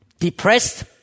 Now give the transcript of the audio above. Depressed